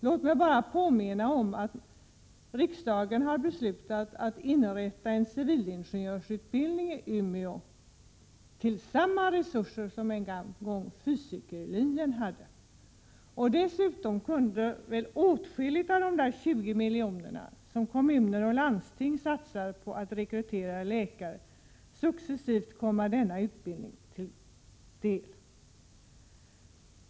Låt mig bara påminna om att riksdagen har beslutat att inrätta en civilingenjörsutbildning i Umeå med samma resurser som fysikerlinjen en gång hade. Dessutom kunde åtskilligt av de 20 miljoner som kommuner och landsting satsar på att rekrytera läkare successivt komma denna utbildning till del.